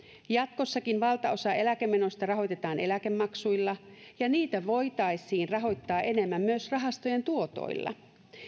jatkossakin valtaosa eläkemenoista rahoitetaan eläkemaksuilla ja niitä voitaisiin rahoittaa enemmän myös rahastojen tuotoilla